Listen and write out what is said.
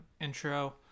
intro